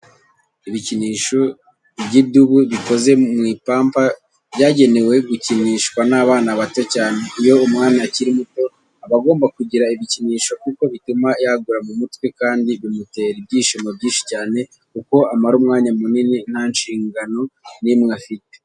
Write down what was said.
Ibikinisho by'idubu bikoze mu ipamba byagenewe gukinishwa n'abana bato cyane. Iyo umwana akiri muto aba agomba kugira ibikinisho kuko bituma yaguka mu mutwe kandi bimutera ibyishimo byinshi cyane kuko amara umwanya munini nta nshingano n'imwe afite.